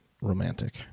romantic